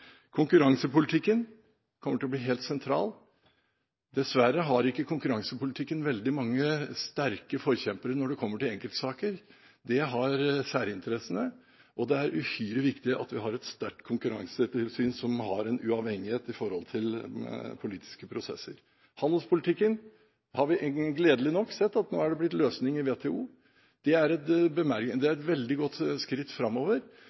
Konkurransepolitikken kommer til å bli helt sentral. Dessverre har ikke konkurransepolitikken veldig mange sterke forkjempere når det kommer til enkeltsaker. Det har særinteressene. Det er uhyre viktig at vi har et sterkt konkurransetilsyn som har en uavhengighet til politiske prosesser. Når det gjelder handelspolitikken, har vi gledelig nok sett at det nå er blitt en løsning i WTO. Det er et veldig godt skritt framover.